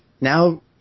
now